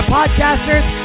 podcasters